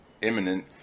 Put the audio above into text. imminent